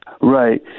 Right